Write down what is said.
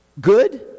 good